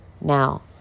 now